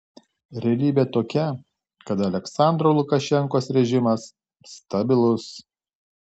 realybė tokia kad aliaksandro lukašenkos režimas stabilus